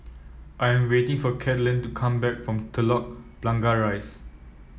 I am waiting for Caitlin to come back from Telok Blangah Rise